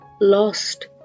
lost